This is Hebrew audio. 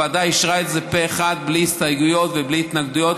הוועדה אישרה את זה פה אחד בלי הסתייגויות ובלי התנגדויות.